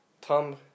Tom